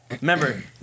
Remember